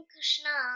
Krishna